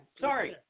Sorry